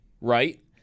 right